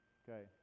okay